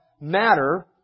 matter